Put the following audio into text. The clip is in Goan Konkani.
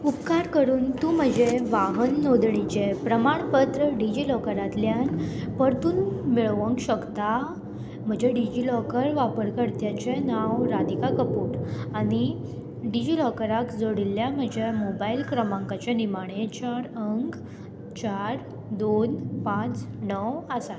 उपकार करून तूं म्हजें वाहन नोंदणीचें प्रमाणपत्र डिजिलॉकरांतल्यान परतून मेळोवंक शकता म्हजें डिजिलॉकर वापरकर्त्याचें नांव राधिका कपूर आनी डिजिलॉकराक जोडिल्ल्या म्हज्या मोबायल क्रमांकाचें निमाणें चार अंक चार दोन पांच णव आसा